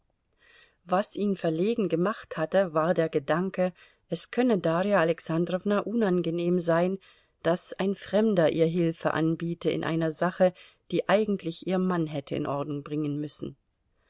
was ihn verlegen gemacht hatte war der gedanke es könne darja alexandrowna unangenehm sein daß ein fremder ihr hilfe anbiete in einer sache die eigentlich ihr mann hätte in ordnung bringen müssen